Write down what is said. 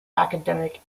academic